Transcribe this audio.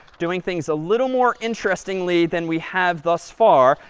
doing things a little more interestingly than we have thus far.